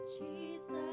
Jesus